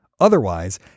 Otherwise